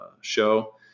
show